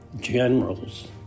generals